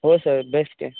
हो sir best आहे